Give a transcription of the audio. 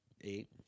eight